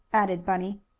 added bunny.